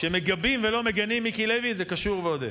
כשמגבים ולא מגינים, מיקי לוי, זה קשור ועוד איך.